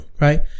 Right